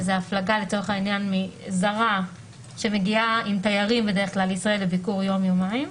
שזאת הפלגה זרה שמגיעה עם תיירים לישראל לביקור של יום-יומיים,